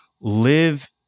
live